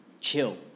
chill